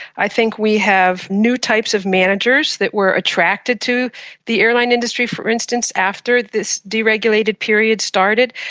i think we have new types of managers that were attracted to the airline industry, for instance, after this deregulated period started.